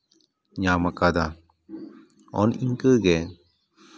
ᱧᱟᱢ ᱟᱠᱟᱫᱟ ᱚᱱ ᱤᱱᱠᱟᱹ ᱜᱮ